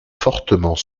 fortement